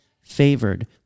favored